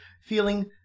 feeling